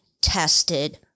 tested